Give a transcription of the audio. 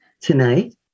tonight